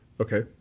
Okay